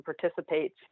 participates